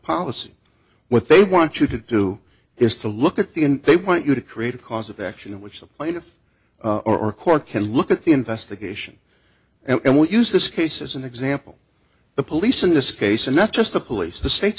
policy what they want you to do is to look at the end they want you to create a cause of action in which the plaintiff or court can look at the investigation and we use this case as an example the police in this case and not just the police the state